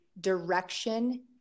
direction